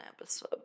episode